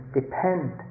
depend